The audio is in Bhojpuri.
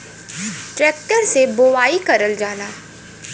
ट्रेक्टर से बोवाई करल जाला